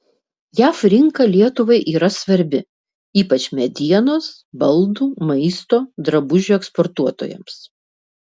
jav rinka lietuvai yra svarbi ypač medienos baldų maisto drabužių eksportuotojams